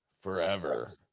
Forever